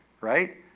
right